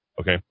okay